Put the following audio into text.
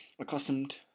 accustomed